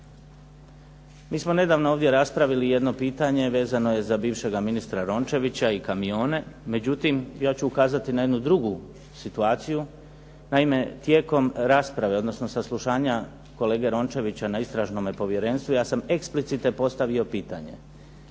Mi smo nedavno ovdje raspravili jedno pitanje, a vezano je bivšega ministra Rončevića i "Kamione", međutim ja ću ukazati na jednu drugu situaciju. Naime, tijekom rasprave, odnosno saslušanja kolege Rončevića na Istražnome povjerenstvu ja sam eksplicite postavio pitanje.